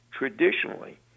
traditionally